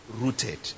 rooted